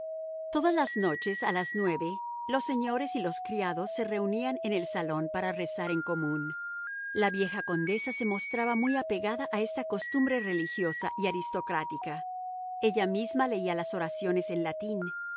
todas las noches a las nueve los señores y los criados se reunían en el salón para rezar en común la vieja condesa se mostraba muy apegada a esta costumbre religiosa y aristocrática ella misma leía las oraciones en latín